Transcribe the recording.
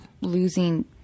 losing